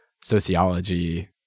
sociology